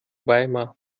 weimar